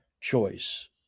choice